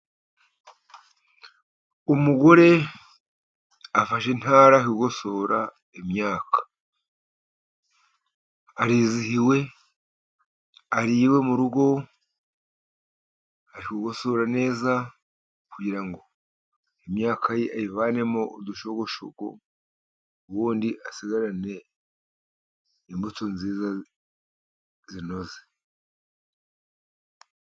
Umugore afashe intara, ari kugosora imyaka. Arizihiwe, ari iwe mu rugo, ari kugosora neza, kugira ngo imyaka ye ayivanemo udushogoshogo, ubundi asigarane imbuto nziza zinoze.